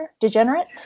Degenerate